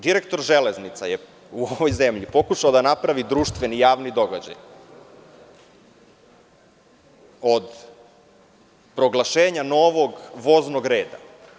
Direktor „Železnica“ je u ovoj zemlji pokušao da napravi društveni javni događaj od proglašenja novog voznog reda.